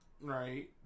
Right